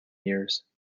years